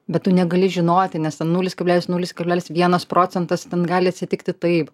bet tu negali žinoti nes ten nulis kablelis nulis kablelis vienas procentas ten gali atsitikti taip